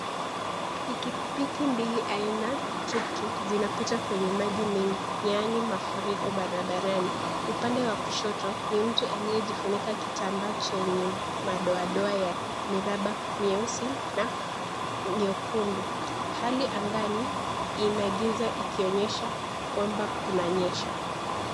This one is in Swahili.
Pikipiki mbili aina Tuktuk zinapita kwenye maji mengi yaani mafuriko barabarani upande wa kushoto ni mtu aliyejifunika kitambaa chenye madoa doa ya miraba mieusi na nyekundu hali angani ina giza likionyesha kwamba kunanyesha.